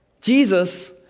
Jesus